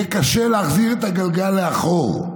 יהיה קשה להחזיר את הגלגל לאחור,